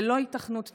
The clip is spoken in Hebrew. ללא היתכנות תכנונית,